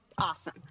Awesome